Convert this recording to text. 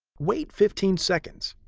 wait fifteen seconds.